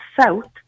south